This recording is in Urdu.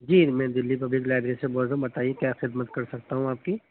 جی میں دلی پبلک لائبری سے بول رہا ہوں بتائیے کیا خدمت کر سکتا ہوں آپ کی